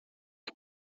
que